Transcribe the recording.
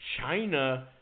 China